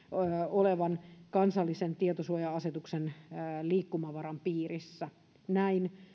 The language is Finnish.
olevan tietosuoja asetuksen kansallisen liikkumavaran piirissä näin